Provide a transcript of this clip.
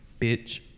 Bitch